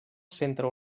centre